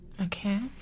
Okay